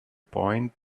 point